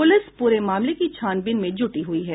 police पूरे मामले की छानबीन में जुटी हुई है